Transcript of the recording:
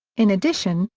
in addition,